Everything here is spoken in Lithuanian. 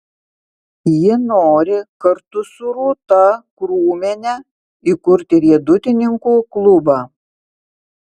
ji nori kartu su rūta krūmiene įkurti riedutininkų klubą